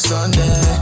Sunday